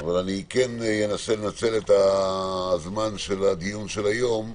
אבל כן אנסה לנצל את זמן הדיון של היום,